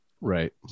Right